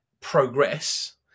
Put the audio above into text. progress